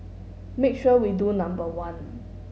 make sure we do number one